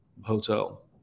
hotel